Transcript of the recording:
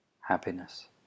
happiness